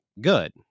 good